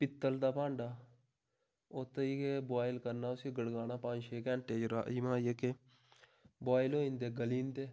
पित्तल दा भांडा उत्त कि बुआयल करना उसी गड़काना पंज छे घैंटे राज़मा जेह्के बुआयल होई जंदे गली जंदे